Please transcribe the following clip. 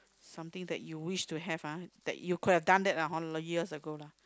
something that you wish to have ah that you could have done that ah years ago lah